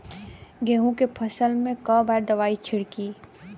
गेहूँ के फसल मे कई बार दवाई छिड़की?